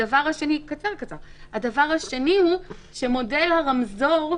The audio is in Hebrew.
הדבר השני הוא שמודל הרמזור,